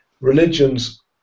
religions